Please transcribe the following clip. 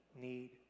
need